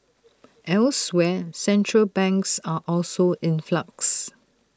elsewhere central banks are also in flux